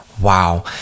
Wow